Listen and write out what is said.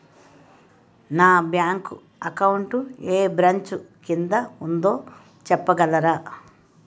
నా bank account ఏ branch కిందా ఉందో చెప్పగలరా?